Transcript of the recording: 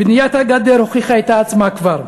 בניית הגדר הוכיחה את עצמה כבר,